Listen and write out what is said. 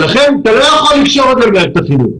לכן אתה לא יכול לקשור את זה למערכת החינוך.